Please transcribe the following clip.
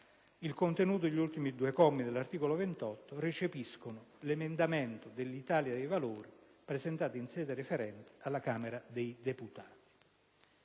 Il contenuto degli ultimi due commi dell'articolo 28 recepisce l'emendamento dell'Italia dei Valori presentato in sede referente alla Camera dei deputati.